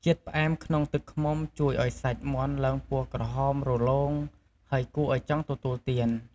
ជាតិផ្អែមក្នុងទឹកឃ្មុំជួយឱ្យសាច់មាន់ឡើងពណ៌ក្រហម រលោង ហើយគួរឱ្យចង់ទទួលទាន។